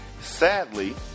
Sadly